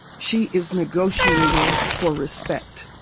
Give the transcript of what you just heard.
she is negotiating for respect.